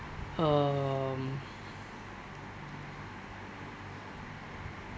um